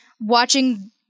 watching